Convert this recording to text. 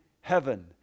heaven